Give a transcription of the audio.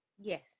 Yes